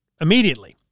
Immediately